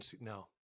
No